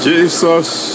Jesus